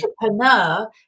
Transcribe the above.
entrepreneur